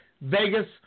Vegas